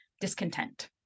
discontent